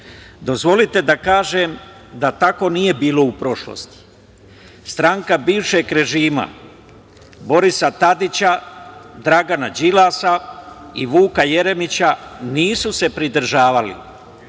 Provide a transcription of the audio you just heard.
danas. Dozvolite da kažem da tako nije bilo u prošlosti. Stranka bivšeg režima, Borisa Tadića, Dragana Đilasa i Vuka Jeremića, nisu se pridržavali